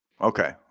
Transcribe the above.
Okay